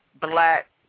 Black